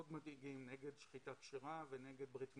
מדאיגים נגד שחיטה כשרה ונגד ברית מילה.